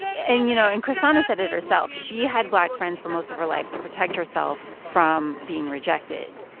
and, you know, and chrishana said it herself. she had black friends for most of her life to protect herself from being rejected.